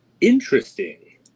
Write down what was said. Interesting